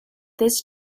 this